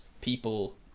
people